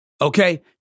Okay